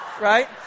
right